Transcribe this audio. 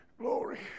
Glory